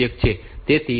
તેથી ત્યાં 5